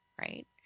right